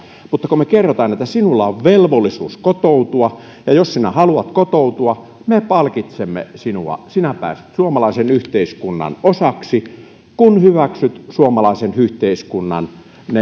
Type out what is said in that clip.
mutta me kerromme että sinulla on velvollisuus kotoutua ja että jos sinä haluat kotoutua me palkitsemme sinua sinä pääset suomalaisen yhteiskunnan osaksi kun hyväksyt ne suomalaisen yhteiskunnan